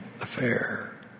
affair